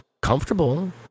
comfortable